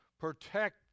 Protect